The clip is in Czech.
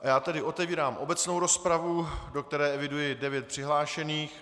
A já tedy otevírám obecnou rozpravu, do které eviduji devět přihlášených.